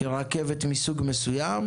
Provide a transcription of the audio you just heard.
כרכבת מסוג מסוים.